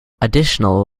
additional